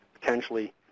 potentially